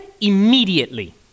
Immediately